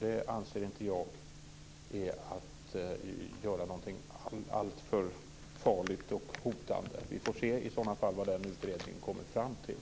Det anser inte jag är att göra någonting alltför farligt och hotande. Vi får i så fall se vad den utredningen kommer fram till.